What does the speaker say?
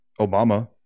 Obama